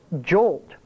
jolt